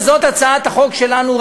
וזאת הצעת החוק שלנו,